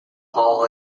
hall